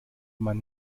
man